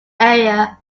area